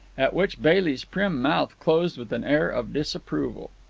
at which bailey's prim mouth closed with an air of disapproval.